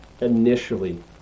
initially